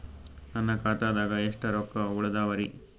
ನನ್ನ ಖಾತಾದಾಗ ಎಷ್ಟ ರೊಕ್ಕ ಉಳದಾವರಿ?